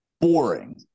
Boring